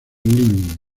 living